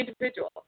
individual